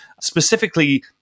Specifically